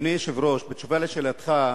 אדוני היושב-ראש, בתשובה לשאלתך,